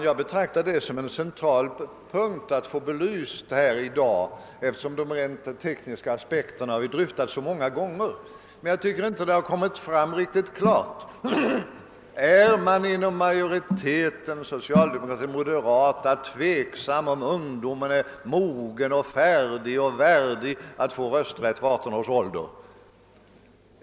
Jag betraktar det som en central punkt att få inställningen hos partierna belyst i dag, eftersom de rent tekniska aspekterna har dryftats så många gånger men det inte har kommit klart fram, om majoriteten av socialdemokrater och moderata är tveksam om huruvida ungdomen är mogen, färdig och värdig att få rösträtt vid 18 års ålder.